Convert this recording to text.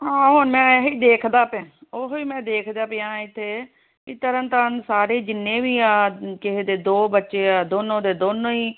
ਆਹੋ ਹੁਣ ਮੈਂ ਆਹ ਹੀ ਦੇਖਦਾ ਪਿਆ ਉਹ ਹੀ ਮੈਂ ਦੇਖਦਾ ਪਿਆਂ ਇੱਥੇ ਕਿ ਤਰਨਤਾਰਨ ਸਾਰੇ ਹੀ ਜਿੰਨੇ ਵੀ ਆ ਕਿਸੇ ਦੇ ਦੋ ਬੱਚੇ ਆ ਦੋਨੋਂ ਦੇ ਦੋਨੋਂ ਹੀ